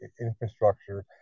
infrastructure